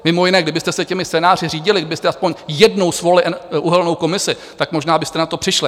Mimo jiné kdybyste se těmi scénáři řídili, kdybyste aspoň jednou svolali uhelnou komisi, tak možná byste na to přišli.